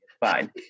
Fine